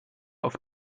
auf